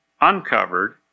uncovered